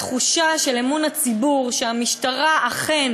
התחושה של אמון הציבור שהמשטרה אכן